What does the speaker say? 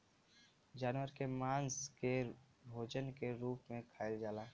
जानवर के मांस के भोजन के रूप में खाइल जाला